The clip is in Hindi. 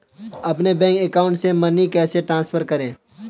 अपने बैंक अकाउंट से मनी कैसे ट्रांसफर करें?